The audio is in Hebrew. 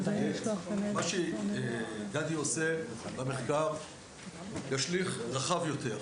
מה שגדי עושה במחקר ישליך רחב יותר,